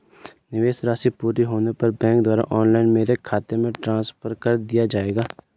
निवेश राशि पूरी होने पर बैंक द्वारा ऑनलाइन मेरे खाते में ट्रांसफर कर दिया जाएगा?